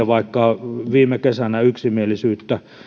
vaikka viime kesänä yksimielisyyttä